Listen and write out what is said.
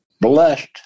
blessed